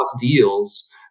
deals